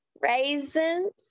raisins